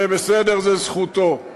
זה בסדר, זה זכותו.